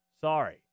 Sorry